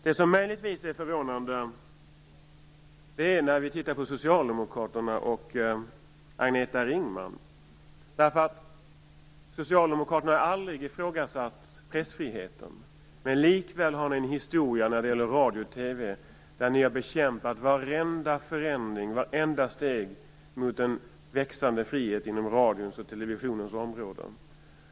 Det som möjligtvis är förvånande är Socialdemokraternas och Agneta Ringmans agerande. Socialdemokraterna har aldrig ifrågasatt pressfriheten, men likväl har ni en historia när det gäller radio och TV där ni har bekämpat varenda förändring och vartenda steg mot en växande frihet inom radions och televisionens områden.